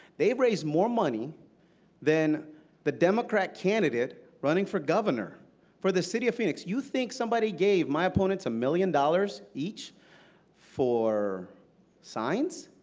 they raised more money than the democrat candidate running for governor for the city of phoenix. you think somebody gave my opponents a million dollars each for signs?